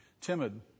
Timid